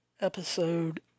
episode